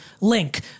Link